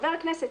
חבר הכנסת